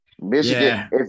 Michigan